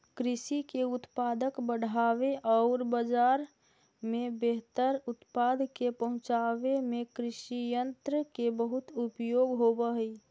कृषि के उत्पादक बढ़ावे औउर बाजार में बेहतर उत्पाद के पहुँचावे में कृषियन्त्र के बहुत उपयोग होवऽ हई